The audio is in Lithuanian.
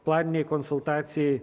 planinei konsultacijai